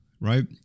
right